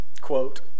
Quote